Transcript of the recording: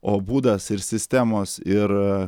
o būdas ir sistemos ir